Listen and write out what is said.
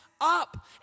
up